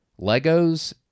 legos